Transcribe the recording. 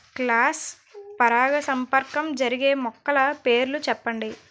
Cross పరాగసంపర్కం జరిగే మొక్కల పేర్లు చెప్పండి?